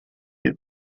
that